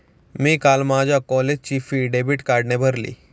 मी काल माझ्या कॉलेजची फी डेबिट कार्डने भरली